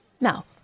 Now